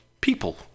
people